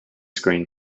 screen